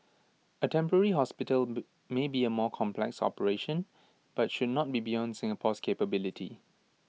A temporary hospital may be A more complex operation but should not be beyond Singapore's capability